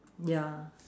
ya